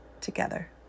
together